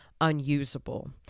unusable